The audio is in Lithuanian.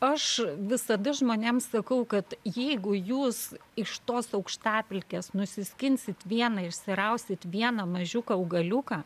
aš visada žmonėms sakau kad jeigu jūs iš tos aukštapelkės nusiskinsit vieną išsirausite vieną mažiuką augaliuką